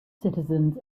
citizens